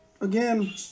again